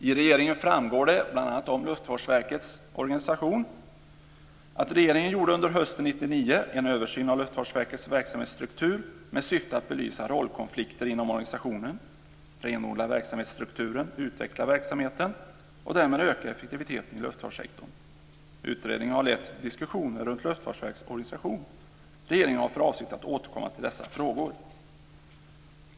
I regeringens skrivning framgår bl.a. vad som föreslås för Luftfartsverkets organisation. Regeringen gjorde under hösten 1999 en översyn av Luftfartsverkets verksamhetsstruktur med syfte att belysa rollkonflikter inom organisationen, renodla verksamhetsstrukturen, utveckla verksamheten och därmed öka effektiviteten i luftfartssektorn. Utredningen har lett till diskussioner om Luftfartsverkets organisation. Regeringen har för avsikt att återkomma till dessa frågor.